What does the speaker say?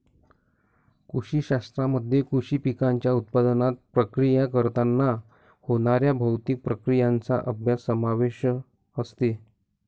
कृषी शास्त्रामध्ये कृषी पिकांच्या उत्पादनात, प्रक्रिया करताना होणाऱ्या भौतिक प्रक्रियांचा अभ्यास समावेश असते